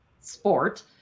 sport